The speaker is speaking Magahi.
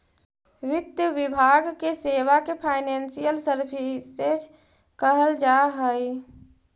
वित्त विभाग के सेवा के फाइनेंशियल सर्विसेज कहल जा हई